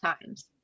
times